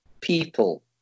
people